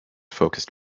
focused